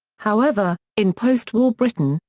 however, in post-war britain,